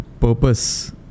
purpose